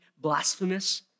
blasphemous